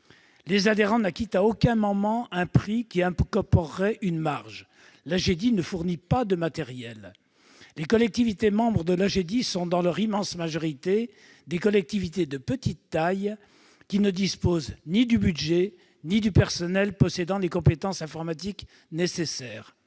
Ses adhérents n'acquittent à aucun moment un prix qui incorporerait une marge, et l'Agedi ne fournit pas de matériel. Les collectivités membres de l'Agedi sont, dans leur immense majorité, des collectivités de petite taille qui ne disposent ni du budget nécessaire ni du personnel possédant les compétences informatiques requises